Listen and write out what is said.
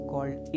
Called